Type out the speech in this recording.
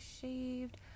shaved